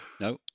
No